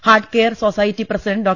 heart care society president Dr